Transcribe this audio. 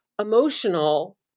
emotional